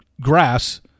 Grass